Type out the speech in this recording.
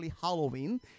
Halloween